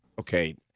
Okay